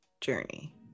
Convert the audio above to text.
journey